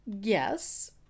yes